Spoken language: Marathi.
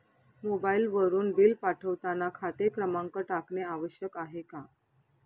मोबाईलवरून बिल पाठवताना खाते क्रमांक टाकणे आवश्यक आहे का?